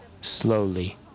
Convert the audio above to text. slowly